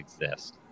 exist